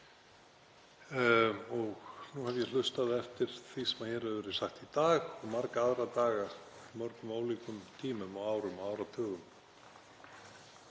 Nú hef ég hlustað eftir því sem hér hefur verið sagt í dag og marga aðra daga á mörgum ólíkum tímum og árum og áratugum.